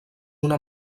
una